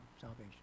salvation